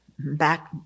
back